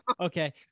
Okay